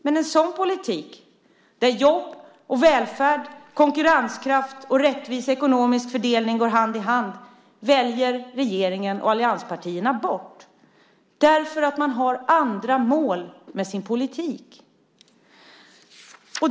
Men en sådan politik där jobb och välfärd, konkurrenskraft och rättvis ekonomisk fördelning går hand i hand väljer regeringen och allianspartierna bort därför att man har andra mål med sin politik.